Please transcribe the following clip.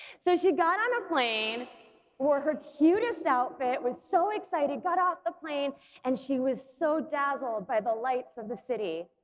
so she got on a plane wore her cutest outfit, was so excited, got off the plane and she was so dazzled by the lights of the city.